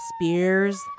spears